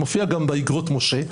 זה מופיע גם ב"אגרות משה",